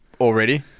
already